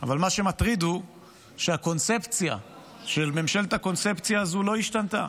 אבל מה שמטריד הוא שהקונספציה של ממשלת הקונספציה הזו לא השתנתה,